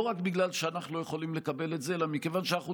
לא רק בגלל שאנחנו לא יכולים לקבל את זה אלא מכיוון שאנחנו